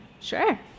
Sure